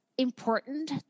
important